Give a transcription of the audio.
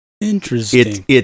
Interesting